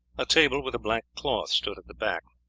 a table with a black cloth stood at the back.